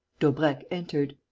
daubrecq entered.